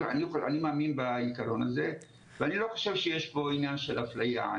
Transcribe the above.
אני מאמין בעיקרון הזה ואני לא חושב שיש פה עניין של אפליה.